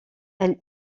elle